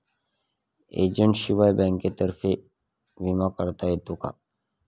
एजंटशिवाय बँकेतर्फे विमा काढता येतो का?